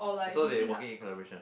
so they're working in collaboration